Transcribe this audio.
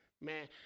Man